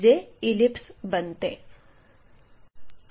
जे इलिप्स बनते